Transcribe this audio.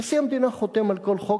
נשיא המדינה חותם על כל חוק,